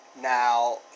Now